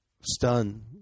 stunned